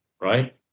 right